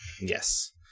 Yes